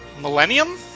Millennium